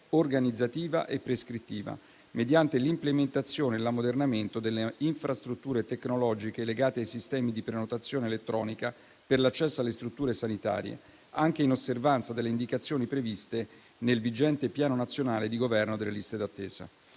organizzativa e prescrittiva, mediante l'implementazione e l'ammodernamento delle infrastrutture tecnologiche legate ai sistemi di prenotazione elettronica per l'accesso alle strutture sanitarie, anche in osservanza delle indicazioni previste nel vigente Piano nazionale di governo delle liste d'attesa.